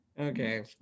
Okay